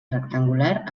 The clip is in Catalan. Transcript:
rectangular